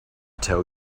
tell